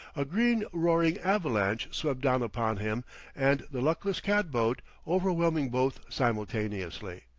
a green roaring avalanche swept down upon him and the luckless cat-boat, overwhelming both simultaneously.